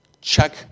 Check